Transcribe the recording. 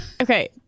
Okay